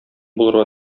булырга